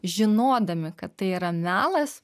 žinodami kad tai yra melas